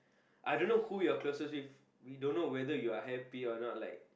I don't know who you're closest with we don't know whether you're happy or not like